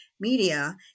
Media